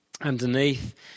Underneath